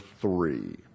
three